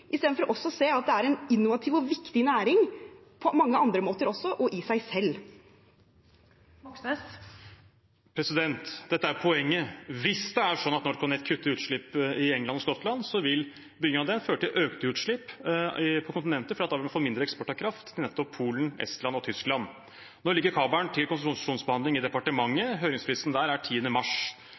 også å se at dette er en innovativ og viktig næring på mange andre måter og i seg selv. Dette er poenget: Hvis det er sånn at NorthConnect kutter utslipp i England og Skottland, vil byggingen av den føre til økte utslipp på kontinentet, for da vil man få mindre eksport av kraft til nettopp Polen, Estland og Tyskland. Nå ligger kabelen til konsesjonsbehandling i departementet. Høringsfristen der er 10. mars.